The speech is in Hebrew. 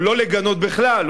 לא לגנות בכלל,